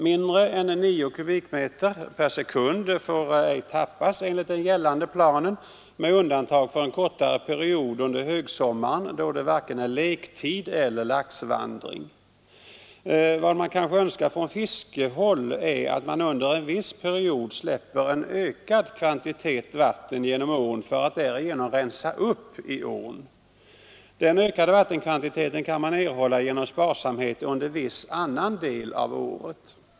Mindre än 9 kubikmeter per sekund får ej tappas enligt den gällande planen med undantag för en kortare period under högsommaren, då det varken är lektid eller laxvandring. Vad man kanske önskar från fiskehåll att tillgodose laxfiskeintresset i Mörrumsån är att man under en viss period släpper en ökad kvantitet vatten genom ån för att därigenom rensa upp i ån. Den ökade vattenkvantiteten kan man erhålla genom sparsamhet under viss annan del av året.